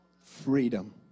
Freedom